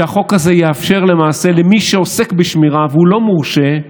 החוק הזה יאפשר למעשה למי שעוסק בשמירה והוא לא מורשה,